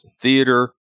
theater